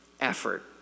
effort